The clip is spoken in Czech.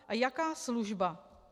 A jaká služba?